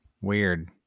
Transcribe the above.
Weird